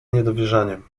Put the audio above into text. niedowierzaniem